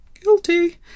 guilty